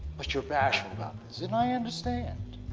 but you're bashful about this. and i understand.